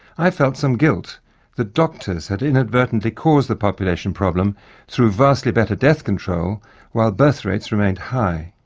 i felt some guilt that doctors had inadvertently caused the population problem through vastly better death control while birth-rates remained high.